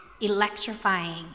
electrifying